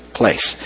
place